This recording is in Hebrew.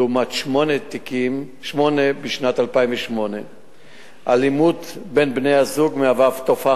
לעומת שמונה בשנת 2008. אלימות בין בני-הזוג מהווה תופעה